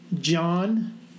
John